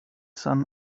sun